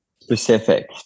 specific